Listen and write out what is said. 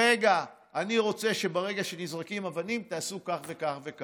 רגע, אני רוצה שברגע שנזרקות אבנים, תעשו כך וכך.